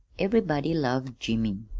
everybody loved jimmy.